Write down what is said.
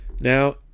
now